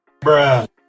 Bruh